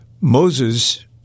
Moses